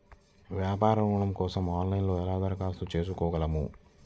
వ్యాపార ఋణం కోసం ఆన్లైన్లో ఎలా దరఖాస్తు చేసుకోగలను?